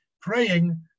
praying